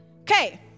okay